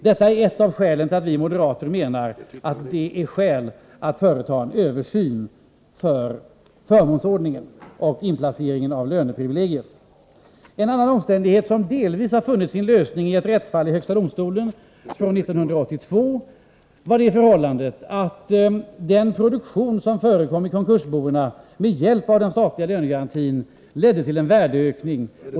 Detta är ett av skälen till att vi moderater menar att det bör företas en översyn av förmånsordningen och inplaceringen av löneprivilegiet. En annan fråga som delvis har funnit sin lösning i ett rättsfall i högsta domstolen från 1982 gällde det förhållandet att den produktion som förekom i konkursbona, med hjälp av den statliga lönegarantin, ledde till en värdeökning.